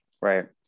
Right